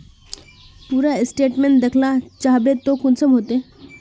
पूरा स्टेटमेंट देखला चाहबे तो कुंसम होते?